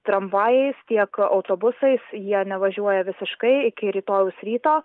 tramvajais tiek autobusais jie nevažiuoja visiškai iki rytojaus ryto